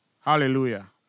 Hallelujah